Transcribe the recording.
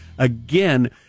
Again